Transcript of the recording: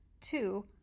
two